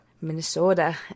Minnesota